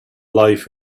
life